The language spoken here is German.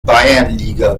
bayernliga